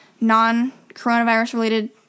non-coronavirus-related